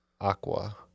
Aqua